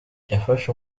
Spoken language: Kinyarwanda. yafashe